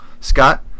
Scott